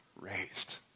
Raised